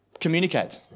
Communicate